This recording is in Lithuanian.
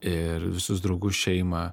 ir visus draugus šeimą